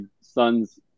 son's